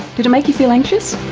did it make you feel anxious?